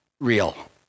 real